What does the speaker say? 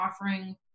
offering